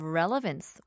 relevance